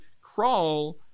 Crawl